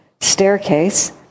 staircase